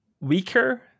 weaker